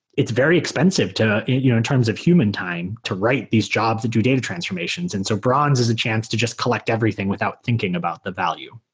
it's very expensive you know in terms of human time to write these jobs and do data transformations. and so bronze is a chance to just collect everything without thinking about the value.